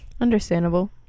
Understandable